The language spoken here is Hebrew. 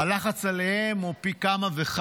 תור מספר 70 הלחץ עליהם הוא פי כמה וכמה,